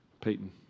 Peyton